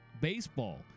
Baseball